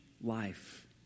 life